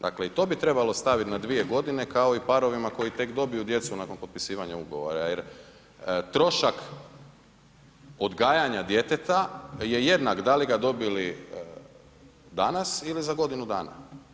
Dakle, i to bi trebalo staviti na 2 godine, kao i parovima koji tek dobiju djecu nakon potpisivanja ugovor, jer trošak odgajanja djeteta je jednak da li dobili danas ili za godinu dana.